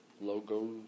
logo